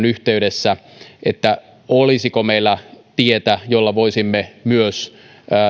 yhteydessä tätä kysymystä olisiko meillä tietä jolla voisimme myös